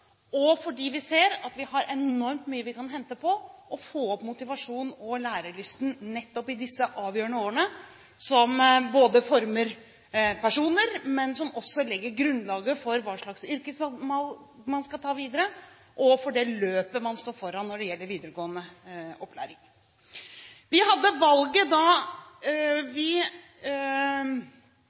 og fordi vi ser at vi har enormt mye vi kan hente på å få opp motivasjonen og lærelysten nettopp i disse avgjørende årene som ikke bare former personer, men som også legger grunnlaget for hva slags yrkesvalg man skal ta videre og for det løpet man står foran når det gjelder videregående opplæring. Vi hadde et valg da vi